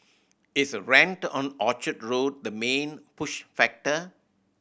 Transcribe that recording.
is rent on Orchard Road the main push factor